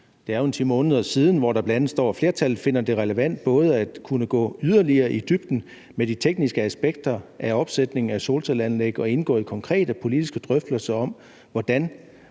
det er jo omkring 10 måneder siden. Der står bl.a.: »Flertallet finder det relevant både at kunne gå yderligere i dybden med de tekniske aspekter af opsætning af solcelleanlæg og at indgå i konkrete politiske drøftelser om, hvordan